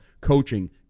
coaching